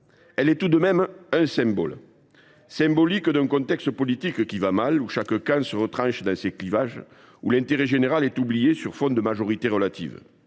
loi est tout de même un symbole. Elle est symbolique d’un contexte politique qui va mal, où chaque camp se retranche dans ses clivages et où l’intérêt général est oublié sur fond de majorité relative.